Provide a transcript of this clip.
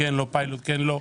כן פיילוט או לא פיילוט,